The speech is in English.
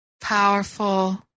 powerful